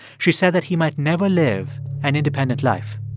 she said that he might never live an independent life